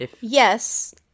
Yes